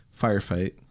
firefight